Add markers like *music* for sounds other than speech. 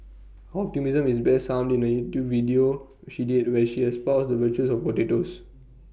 optimism is best summed *unintelligible* in YouTube video she did where she espoused the virtues of potatoes